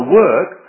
work